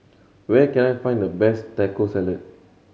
where can I find the best Taco Salad